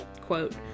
quote